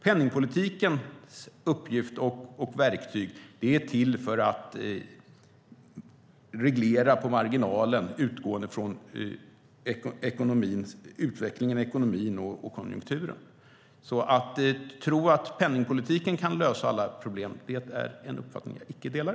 Penningpolitikens uppgift och verktyg är till för att reglera på marginalen utgående från utvecklingen i ekonomin och konjunkturen. Att penningpolitiken kan lösa alla problem är en uppfattning jag icke delar.